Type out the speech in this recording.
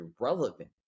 irrelevant